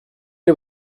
est